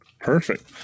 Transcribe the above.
perfect